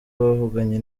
bavuganye